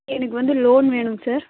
எனக்கு வந்து லோன் வேணுங்க சார்